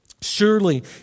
Surely